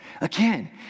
Again